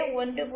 0 0